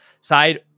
side